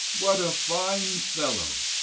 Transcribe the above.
what a fine fellow!